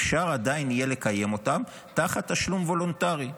אפשר עדיין יהיה לקיים אותם תחת תשלום וולונטרי.